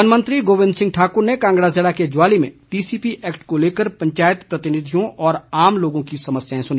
one मंत्री गोबिंद ठाकुर ने कांगड़ा जिले के ज्वाली में टीसीपी एक्ट को लेकर पंचायत प्रतिनिधियों और आम लोगों की समस्याएं सुनी